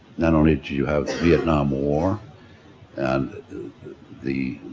not only do you have the vietnam war and the